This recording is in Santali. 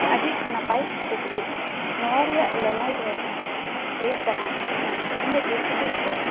ᱟᱹᱰᱤ ᱱᱟᱯᱟᱭ ᱠᱩᱠᱞᱤ ᱱᱚᱣᱟᱨᱮᱭᱟᱜ ᱞᱟᱹᱱᱟᱹᱭ ᱫᱚ ᱦᱩᱭᱩᱜ ᱠᱟᱱᱟ ᱤᱧᱟᱹᱜ ᱫᱤᱥᱦᱩᱫᱤᱥ ᱛᱮ